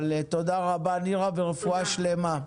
תודה רבה, נירה, ורפואה שלמה.